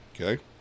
okay